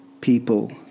people